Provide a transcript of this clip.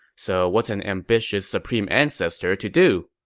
so what's an ambitious supreme ancestor to do?